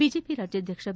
BJP ರಾಜ್ಯಾಧ್ಯಕ್ಷ B